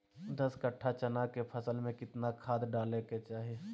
दस कट्ठा चना के फसल में कितना खाद डालें के चाहि?